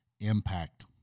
impact